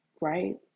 right